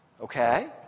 Okay